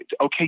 Okay